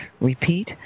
Repeat